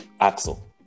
Axel